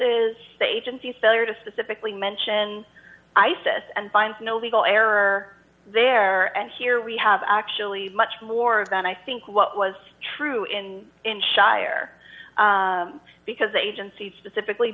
es the agency's failure to specifically mention isis and finds no legal error there and here we have actually much more than i think what was true in in shire because the agency specifically